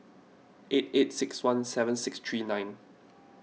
eight eight six one seven six three nine